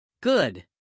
Good